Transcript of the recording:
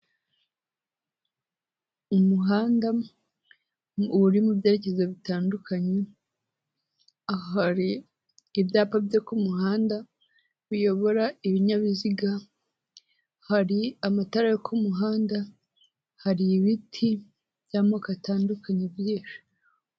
Umuhanda uri mu byerekezo bitandukanye, aha hari ibyapa byo ku muhanda biyobora ibinyabiziga, hari amatara yo ku muhanda, hari ibiti by'amoko atandukanye byinshi.